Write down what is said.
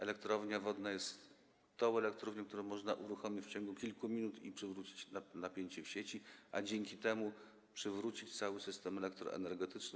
Elektrownia wodna jest tą elektrownią, którą można uruchomić w ciągu kilku minut, by przywrócić napięcie w sieci, a dzięki temu przywrócić cały system elektroenergetyczny.